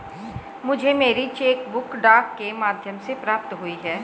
मुझे मेरी cheque book डाक के माध्यम से प्राप्त हुई है